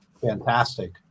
fantastic